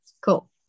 cool